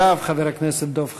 אחריו, חבר הכנסת דב חנין,